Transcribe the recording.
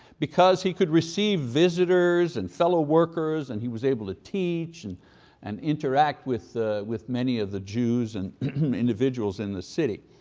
because he could receive visitors and fellow workers and he was able to teach and and interact with with many of the jews and individuals in the city.